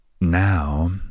now